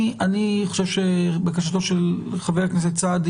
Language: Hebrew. אני חושב שבקשתו של חבר הכנסת סעדי